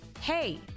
Hey